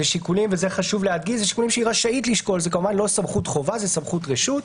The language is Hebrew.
זה לא סמכות חובה אלא סמכות רשות.